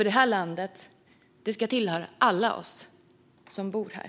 Det här landet ska tillhöra alla oss som bor här.